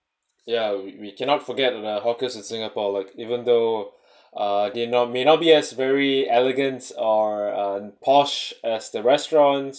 ya we we cannot forget about hawkers in singapore like even though uh dinner may not be as elegance or um posh as the restaurants